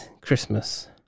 Christmas